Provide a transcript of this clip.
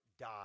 die